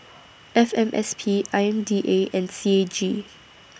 F M S P I M D A and C A G